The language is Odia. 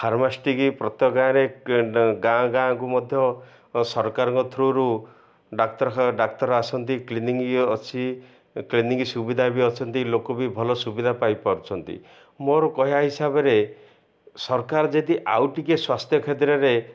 ଫାର୍ମାସିଷ୍ଟ୍ଙ୍କ ପ୍ରତ୍ୟେକ ଗାଁରେ ଗାଁ ଗାଁକୁ ମଧ୍ୟ ସରକାରଙ୍କ ଥ୍ରୁରୁ ଡ଼ାକ୍ତର ଡ଼ାକ୍ତର ଆସନ୍ତି କ୍ଲିନିକ୍ ଅଛି କ୍ଲିନିିକ୍ ସୁବିଧା ବି ଅଛନ୍ତି ଲୋକ ବି ଭଲ ସୁବିଧା ପାଇପାରୁଛନ୍ତି ମୋର କହିବା ହିସାବରେ ସରକାର ଯଦି ଆଉ ଟିକେ ସ୍ୱାସ୍ଥ୍ୟ କ୍ଷେତ୍ରରେ